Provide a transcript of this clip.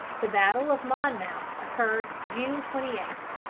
the battle of monmouth occurred june twenty eight.